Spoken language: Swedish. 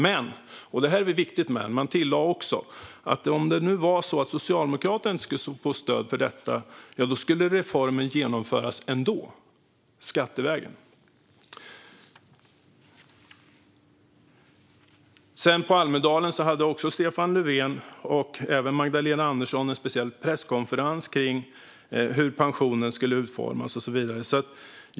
Men - och detta är ett viktigt men - de tillade också att om Socialdemokraterna inte skulle få stöd för detta skulle reformen genomföras ändå - skattevägen. I Almedalen hade Stefan Löfven och Magdalena Andersson en speciell presskonferens om hur pensionen skulle utformas och så vidare.